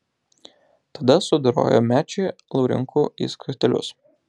tada sudorojo mečį laurinkų į skutelius